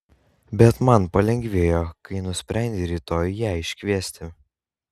bet man palengvėjo kai nusprendei rytoj ją iškviesti